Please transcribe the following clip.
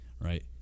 right